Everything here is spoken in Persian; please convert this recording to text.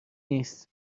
نیست